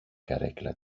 καρέκλα